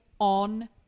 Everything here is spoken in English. on